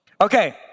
Okay